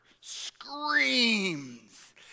screams